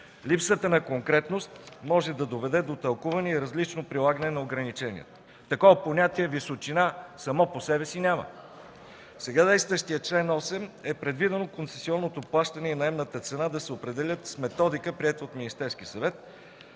Липсата на конкретност може да доведе до тълкуване и различно прилагане на ограниченията. Такова понятие „височина” само по себе си няма. В сега действащия чл. 8 е предвидено концесионното плащане и наемната цена да се определят с методика, приета от Министерския съвет.